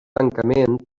tancament